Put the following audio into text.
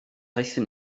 aethon